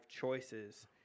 choices